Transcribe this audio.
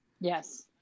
Yes